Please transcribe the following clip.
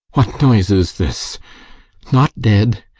what noise is this not dead?